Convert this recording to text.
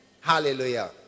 Hallelujah